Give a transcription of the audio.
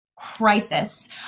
crisis